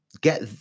get